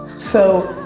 so,